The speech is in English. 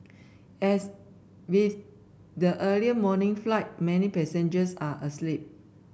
as with the early morning flight many passengers are asleep